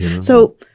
So-